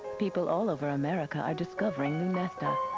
people all over america are discovering lunesta.